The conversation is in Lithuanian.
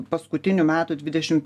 paskutinių metų dvidešimt